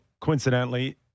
coincidentally